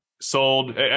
sold